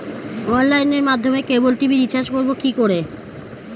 অনলাইনের মাধ্যমে cable TV recharge করব কি করে?